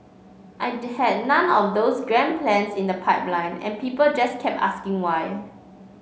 I had none of those grand plans in the pipeline and people just kept asking why